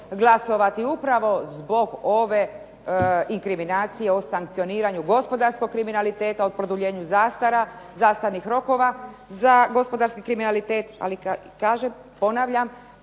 glasovati upravo zbog ove inkriminacije o sankcioniranju gospodarskog kriminaliteta, o produljenu zastara, zastarnih rokova za gospodarski kriminalitet. Ali kaže ponavljam,